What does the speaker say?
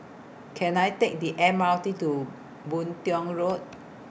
Can I Take The M R T to Boon Tiong Road